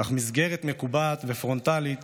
אך מסגרת מקובעת ופרונטלית